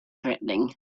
threatening